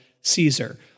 Caesar